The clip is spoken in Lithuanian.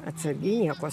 atsargiai nieko